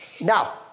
now